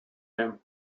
him